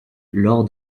lors